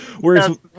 Whereas